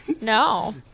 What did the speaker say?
No